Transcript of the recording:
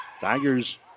Tigers